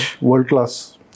world-class